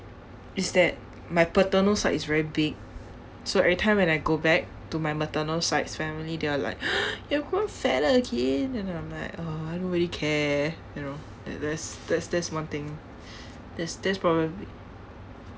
is that my paternal side is very big so every time when I go back to my maternal side's family they are like you are growing fat again and I'm like uh I don't really care you know that there is that's that's one thing that's that's probably